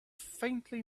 faintly